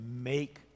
make